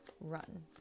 run